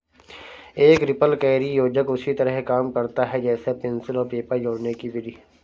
एक रिपलकैरी योजक उसी तरह काम करता है जैसे पेंसिल और पेपर जोड़ने कि विधि